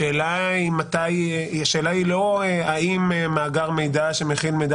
השאלה היא לא האם מאגר מידע שמכיל מידע